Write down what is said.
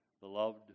beloved